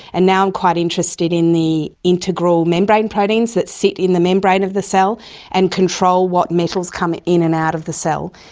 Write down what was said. and now i'm quite interested in the integral membrane proteins that sit in the membrane of the cell and control what metals come in in and out of the cell.